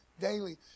daily